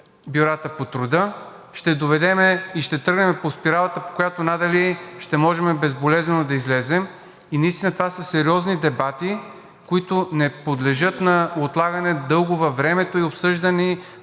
бюрата по труда, ще доведем и ще тръгнем по спиралата, по която надали ще можем безболезнено да излезем. Наистина това са сериозни дебати, които не подлежат на отлагане дълго във времето и обсъждания